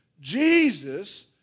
Jesus